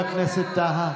הכנסת טאהא,